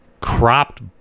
cropped